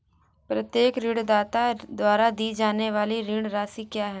प्रत्येक ऋणदाता द्वारा दी जाने वाली ऋण राशि क्या है?